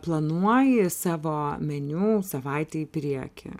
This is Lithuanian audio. planuoji savo meniu savaitei priekį